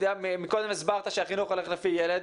מקודם הסברת שהחינוך הולך לפי ילד,